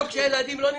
גם כשהילדים לא נמצאים.